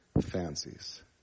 fancies